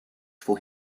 for